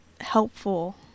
helpful